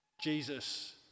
Jesus